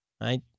right